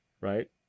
Right